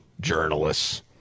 journalists